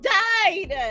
died